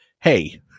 Hey